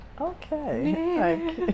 Okay